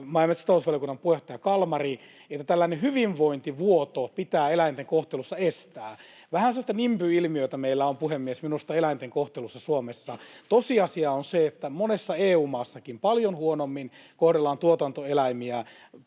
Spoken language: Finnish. maa- ja metsätalousvaliokunnan puheenjohtaja Kalmari — että tällainen hyvinvointivuoto pitää eläinten kohtelussa estää. Vähän sellaista nimby-ilmiötä meillä on, puhemies, minusta eläinten kohtelussa Suomessa. Tosiasia on se, että monessa EU-maassakin paljon huonommin kohdellaan tuotantoeläimiä,